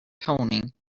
toning